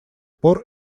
пор